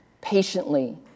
patiently